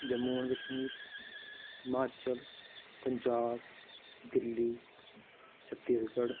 Jammu and Kashmir Himachal Punjab Delhi Chhattisgarh